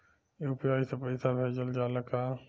UPI से पईसा भेजल जाला का?